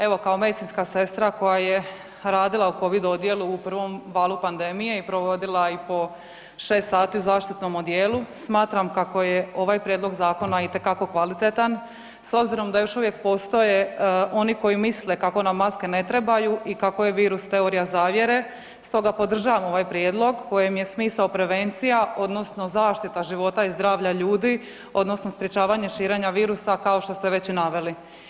Evo kao medicinska sestra koja je radila u covid odjelu u prvom valu pandemije i provodila i po 6 sati u zaštitnom odijelu smatram kako je ovaj prijedlog zakona itekako kvalitetan, s obzirom da još uvijek postoje oni koji misle kako nam maske ne trebaju i kako je virus teorija zavjere, stoga podržavam ovaj prijedlog kojem je smisao prevencija odnosno zaštita života i zdravlja ljudi odnosno sprječavanje širenja virusa kao što ste već naveli.